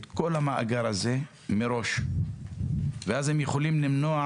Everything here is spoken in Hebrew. את כל המאגר הזה מראש ואז הם יכולים למנוע